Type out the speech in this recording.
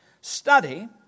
Study